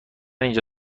اینجا